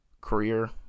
career